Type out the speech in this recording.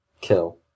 Kill